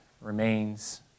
remains